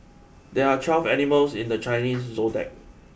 there are twelve animals in the Chinese Zodiac